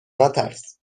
نترس